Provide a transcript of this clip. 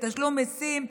בתשלום מיסים,